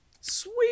sweet